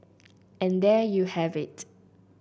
and there you have it